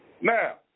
Now